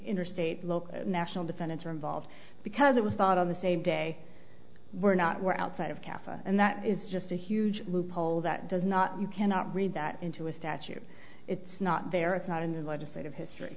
interstate local national defendants are involved because it was bought on the same day we're not we're outside of cafe and that is just a huge loophole that does not you cannot read that into a statute it's not there it's not in the legislative